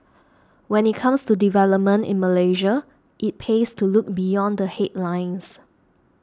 when it comes to developments in Malaysia it pays to look beyond the headlines